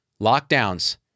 lockdowns